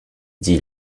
dit